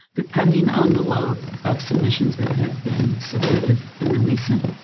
depending on the load of submissions that have been submitted in the recent